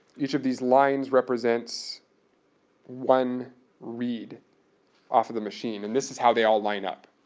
each of these lines represents one read off of the machine. and this is how they all line up.